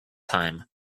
time